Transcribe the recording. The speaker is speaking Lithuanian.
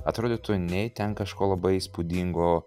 atrodytų nei ten kažko labai įspūdingo